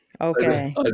Okay